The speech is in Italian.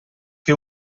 che